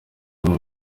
bimwe